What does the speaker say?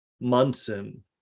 Munson